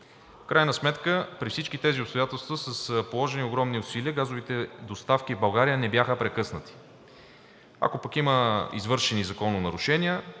крайна сметка при всички тези обстоятелства с положени огромни усилия газовите доставки в България не бяха прекъснати. Ако пък има извършени закононарушения